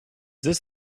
this